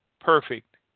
perfect